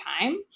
time